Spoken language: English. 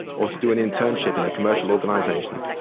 or to do an internship in a commercial organization.